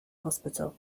hospital